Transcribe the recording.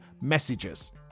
messages